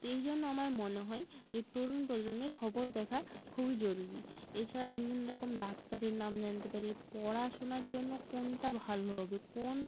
তো এই জন্য আমার মনে হয় যে তরুণ প্রজন্মের খবর দেখা খুবই জরুরি এছাড়া বিভিন্ন রকম ডাক্তারের নাম জানতে পারি পড়াশোনার জন্য কোনটা ভালো হবে কোন